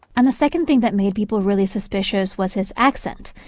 and the second thing that made people really suspicious was his accent.